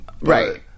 Right